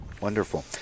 Wonderful